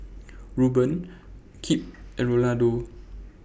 Rueben Kip and Rolando